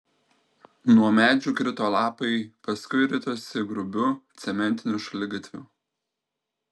nuo medžių krito lapai paskui ritosi grubiu cementiniu šaligatviu